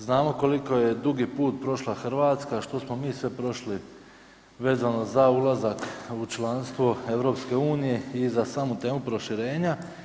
Znamo koliko je dug put prošla Hrvatska, što smo mi sve prošli vezano za ulazak u članstvo EU i za samu temu proširenja.